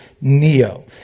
neo